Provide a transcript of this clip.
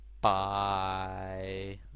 bye